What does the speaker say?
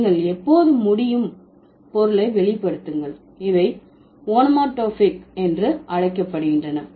நீங்கள் எப்போது முடியும் பொருளை வெளிப்படுத்துங்கள் இவை ஓனோமடோபாயிக் என்று அழைக்கப்படுகின்றன